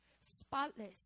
spotless